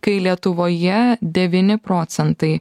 kai lietuvoje devyni procentai